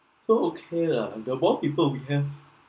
all okay lah and the more people we have